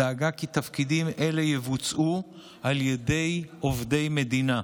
דאגה כי תפקידים אלה יבוצעו על ידי עובדי מדינה,